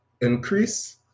increase